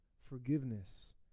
forgiveness